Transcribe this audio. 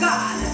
God